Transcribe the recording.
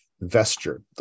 vesture